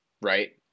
Right